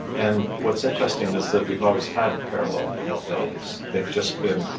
and what's interesting is that we've always had parallel mobilities, they've just been